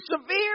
severe